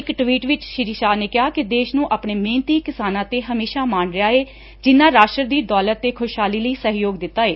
ਇਕ ਟਵੀਟ ਵਿਚ ਸ੍ਰੀ ਸ਼ਾਹ ਨੇ ਕਿਹਾ ਕਿ ਦੇਸ਼ ਨੂੰ ਆਪਣੇ ਮਿਹਨਤੀ ਕਿਸਾਨਾਂ ਤੇ ਹਮੇਸ਼ਾ ਮਾਣ ਰਿਹਾ ਏ ਜਿਨ੍ਹਾਂ ਰਾਸ਼ਟਰ ਦੀ ਦੌਲਤ ਤੇ ਖੁਸ਼ਹਾਲੀ ਲਈ ਸਹਿਯੋਗ ਦਿੱਤਾ ਏ